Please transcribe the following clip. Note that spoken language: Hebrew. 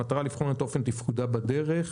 במטרה לבחון את אופן תפקודה בדרך.